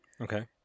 Okay